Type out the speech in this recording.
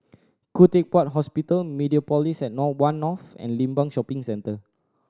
Khoo Teck Puat Hospital Mediapolis at Nine One North and Limbang Shopping Centre